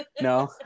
No